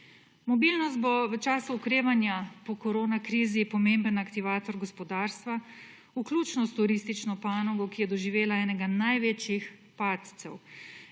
Mobilnost bo v času okrevanja po korona krizi, je pomemben aktivator gospodarstva, vključno s turistično panogo, ki je doživela enega največjih padcev